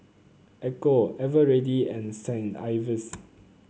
Ecco Eveready and Saint Ives